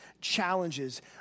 challenges